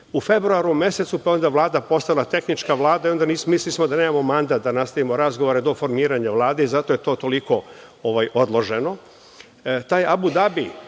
u februaru mesecu, pa je onda Vlada postala tehnička Vlada i mislili smo da nemamo mandat da nastavimo razgovore do formiranje Vlade i zato je to toliko odloženo. Taj Abu Dabi